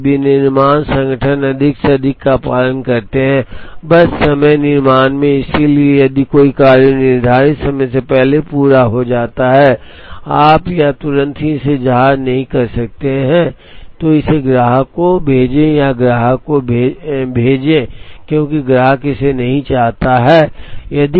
आज विनिर्माण संगठन अधिक से अधिक का पालन करते हैं बस समय निर्माण में इसलिए यदि कोई कार्य निर्धारित समय से पहले पूरा हो जाता है या आप तुरंत इसे जहाज नहीं कर सकते तो इसे ग्राहक को भेजें या ग्राहक को भेजें क्योंकि ग्राहक इसे नहीं चाहता है